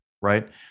right